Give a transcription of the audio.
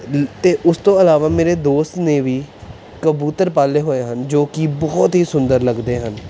ਅਤੇ ਉਸ ਤੋਂ ਇਲਾਵਾ ਮੇਰੇ ਦੋਸਤ ਨੇ ਵੀ ਕਬੂਤਰ ਪਾਲੇ ਹੋਏ ਹਨ ਜੋ ਕਿ ਬਹੁਤ ਹੀ ਸੁੰਦਰ ਲੱਗਦੇ ਹਨ